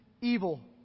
evil